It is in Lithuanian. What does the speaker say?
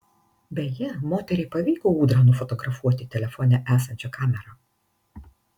beje moteriai pavyko ūdrą nufotografuoti telefone esančia kamera